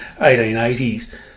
1880s